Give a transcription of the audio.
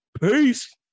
peace